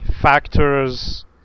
factors